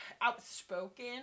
outspoken